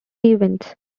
events